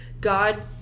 God